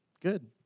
Good